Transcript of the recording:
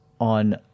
on